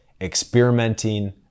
experimenting